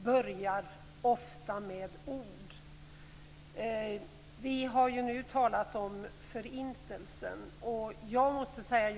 Herr talman! Jag skulle fortfarande vilja ha ett svar på frågan vad utrikesministern tänker göra för att uppmana den palestinska myndigheten att se till att hatpropagandan upphör inom palestiniernas område. Våld börjar ofta med ord. Vi har här talat om förintelsen.